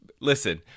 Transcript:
listen